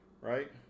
right